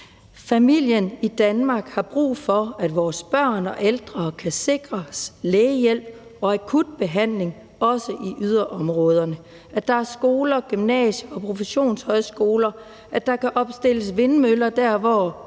Familien i Danmark har brug for, at vores børn og ældre også i yderområderne kan sikres lægehjælp og akutbehandling, at der er skoler, gymnasier og professionshøjskoler, at der kan opstilles vindmøller der, hvor